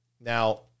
Now